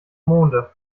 monde